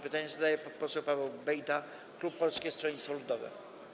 Pytanie zadaje poseł Paweł Bejda, klub Polskiego Stronnictwa Ludowego.